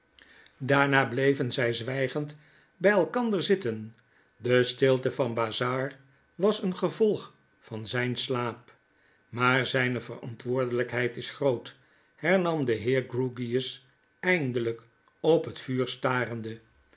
daarna bleven zy zwygend by elkander zitten de stilte van bazzard was een gevolg van zjn slaap maar zyne verantwoordelykheid is groot hernam de heer grewgious eindelyk op het vuur starende